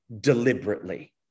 deliberately